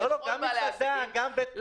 גם מסעדה, גם בית קפה, כולם.